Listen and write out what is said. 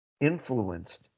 Influenced